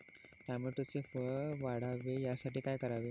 टोमॅटोचे फळ वाढावे यासाठी काय करावे?